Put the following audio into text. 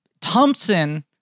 Thompson